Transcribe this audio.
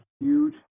huge